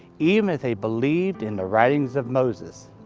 even if they believed in the writings of moses.